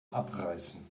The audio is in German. abreißen